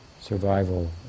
survival